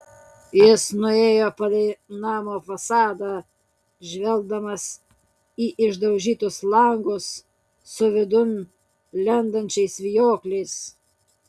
jis nuėjo palei namo fasadą žvelgdamas į išdaužytus langus su vidun lendančiais vijokliais